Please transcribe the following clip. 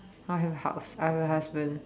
I will have a house I will have a husband